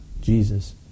Jesus